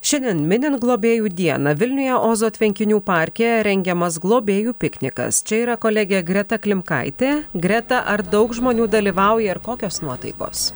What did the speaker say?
šiandien minint globėjų dieną vilniuje ozo tvenkinių parke rengiamas globėjų piknikas čia yra kolegė greta klimkaitė greta ar daug žmonių dalyvauja ir kokios nuotaikos